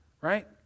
Right